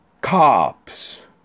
Cops